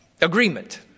agreement